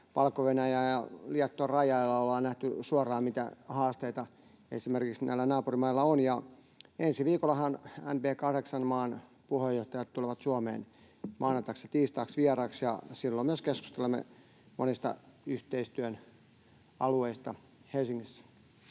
Valko-Venäjän ja Liettuan rajalla. Ollaan nähty suoraan, mitä haasteita esimerkiksi näillä naapurimailla on. Ja ensi viikollahan NB8-maiden puheenjohtajat tulevat maanantaiksi ja tiistaiksi vieraiksi Suomeen, ja silloin myös keskustelemme monista yhteistyön alueista Helsingissä.